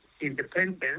independence